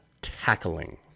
Tackling